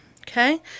okay